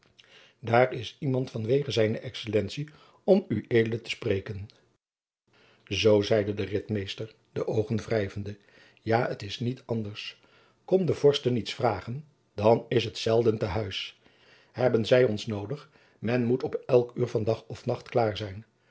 daar is iemand van wege zijne excellentie om ued te spreken zoo zeide de ritmeester de oogen wrijvende ja het is niet anders kom de vorsten iets vragen dan is t zelden te huis hebben zij ons noodig men moet op elk uur van dag of nacht klaar zijn